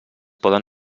poden